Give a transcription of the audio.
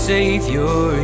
Savior